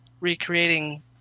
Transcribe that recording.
recreating